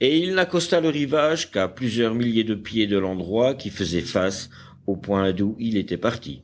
et il n'accosta le rivage qu'à plusieurs milliers de pieds de l'endroit qui faisait face au point d'où il était parti